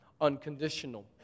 unconditional